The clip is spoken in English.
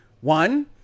One